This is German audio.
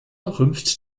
rümpft